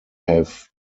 have